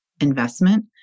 Investment